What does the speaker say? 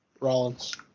Rollins